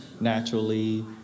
Naturally